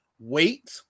wait